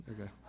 Okay